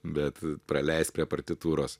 bet praleist prie partitūros